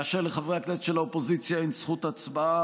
כאשר לחברי הכנסת של האופוזיציה אין זכות הצבעה